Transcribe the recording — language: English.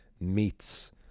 meets